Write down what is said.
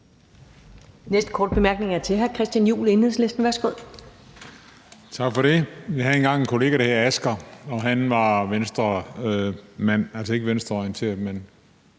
næste korte bemærkning er til hr. Christian Juhl, Enhedslisten. Værsgo. Kl. 21:42 Christian Juhl (EL): Tak for det. Jeg havde engang en kollega, der hedder Asger, og han var Venstremand, altså ikke venstreorienteret, men